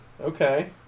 Okay